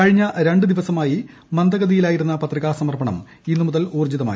കഴിഞ്ഞ രണ്ട് ദിവസമായി മന്ദഗതിയിലായിരുന്ന പത്രികാ സമർപ്പണം ഊർജ്ജിതമായി